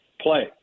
play